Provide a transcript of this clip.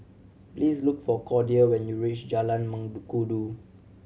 please look for Cordia when you reach Jalan Mengkudu